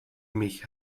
mich